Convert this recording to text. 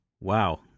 Wow